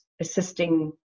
assisting